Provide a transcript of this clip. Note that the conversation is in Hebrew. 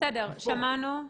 בסדר, שמענו.